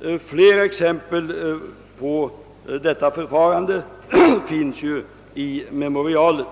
Flera exempel på detta förfarande finns i memorialet.